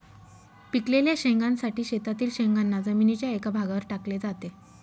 पिकलेल्या शेंगांसाठी शेतातील शेंगांना जमिनीच्या एका भागावर टाकले जाते